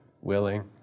willing